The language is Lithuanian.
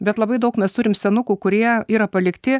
bet labai daug mes turim senukų kurie yra palikti